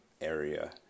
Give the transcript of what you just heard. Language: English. area